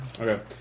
Okay